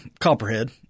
Copperhead